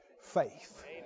faith